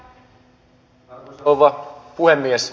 arvoisa rouva puhemies